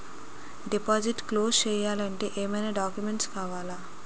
Deposit close చేయాలి అంటే ఏమైనా డాక్యుమెంట్స్ కావాలా?